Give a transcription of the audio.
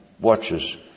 watches